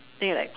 then you like